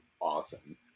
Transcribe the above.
awesome